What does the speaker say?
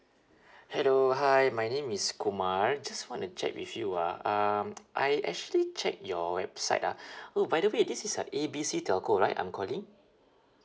hello hi my name is kumar just want to check with you ah um I actually checked your website ah oh by the way this is uh A B C telco right I'm calling